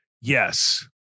Yes